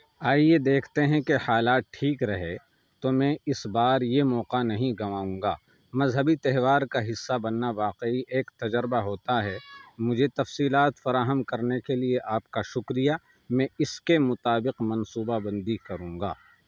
آئیے دیکھتے ہیں کہ حالات ٹھیک رہے تو میں اس بار یہ موقع نہیں گنواؤں گا مذہبی تہوار کا حصہ بننا واقعی ایک تجربہ ہوتا ہے مجھے تفصیلات فراہم کرنے کے لیے آپ کا شکریہ میں اس کے مطابق منصوبہ بندی کروں گا